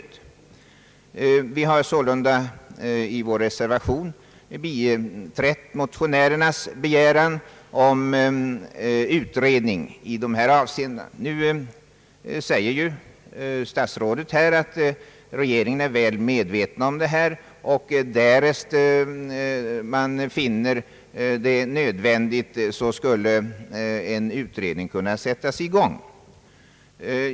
Vi har i vår reservation biträtt motionärernas begäran om en utredning i dessa avseenden. Nu har statsrådet sagt här, att regeringen är väl medveten om förhållandena och att — därest regeringen finner det nödvändigt — en utredning kan komma att tillsättas.